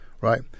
right